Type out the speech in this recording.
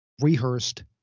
rehearsed